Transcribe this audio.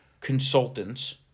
consultants